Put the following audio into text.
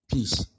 Peace